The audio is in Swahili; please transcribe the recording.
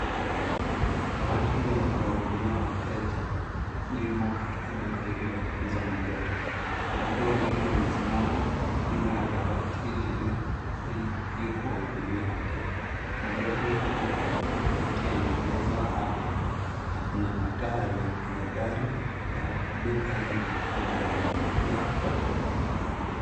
Dawati hili kuhudumia wateja limo katika duka hili la kuuza magari. Watu wawili wamesimama nyuma ya dawati lile, ili kuhudumia wateja. Magari aina tofauti tofauti yameengezwa hapa na kuna mataa yaliyo kwenye dari ya duka hili yanayomulikia wateja.